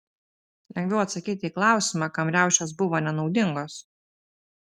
lengviau atsakyti į klausimą kam riaušės buvo nenaudingos